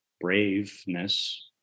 braveness